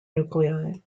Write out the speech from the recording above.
nuclei